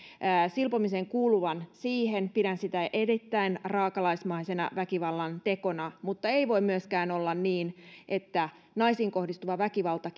silpomisen kuuluvan siihen pidän sitä erittäin raakalaismaisena väkivallantekona eikä voi olla myöskään niin että naisiin kohdistuva väkivalta